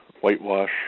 whitewash